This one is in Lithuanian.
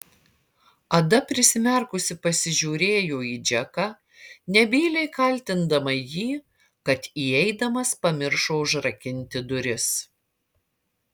ada prisimerkusi pasižiūrėjo į džeką nebyliai kaltindama jį kad įeidamas pamiršo užrakinti duris